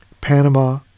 Panama